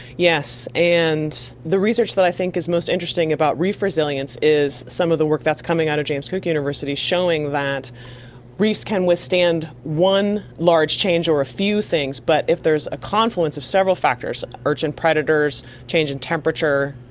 yes, and the research that i think is most interesting about reef resilience is some of the work that's coming out of james cook university showing that reefs can withstand one large change or a few things, but if there is a confluence of several factors a surge in predators, change in temperature,